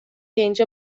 اینجا